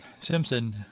Simpson